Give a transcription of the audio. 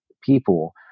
people